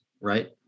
right